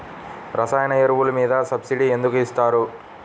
రసాయన ఎరువులు మీద సబ్సిడీ ఎందుకు ఇస్తారు?